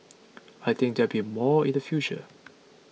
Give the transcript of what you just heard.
I think there be more in the future